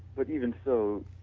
but even so